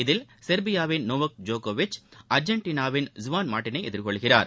இதில் செர்பியாவின் நோவாக் ஜோகோவிச் அர்ஜென்டனாவின் ஜுவான் மார்டீனைஎதிர்கொள்கிறார்